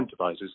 incentivizes